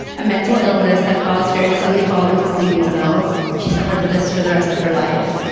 a mental illness that caused her to suddenly fall into sleeping spells. she suffered with this for the rest of her life.